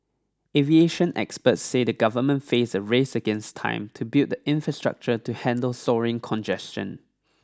aviation experts say the government face a race against time to build the infrastructure to handle soaring congestion